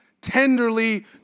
tenderly